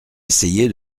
essayer